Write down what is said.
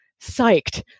psyched